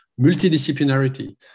multidisciplinarity